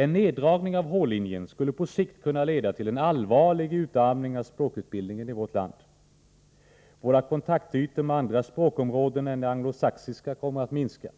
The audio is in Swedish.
En neddragning av h-linjen skulle på sikt kunna leda till en allvarlig utarmning av språkutbildningen i vårt land. Våra kontaktytor med andra språkområden än det anglosaxiska kommer att minska.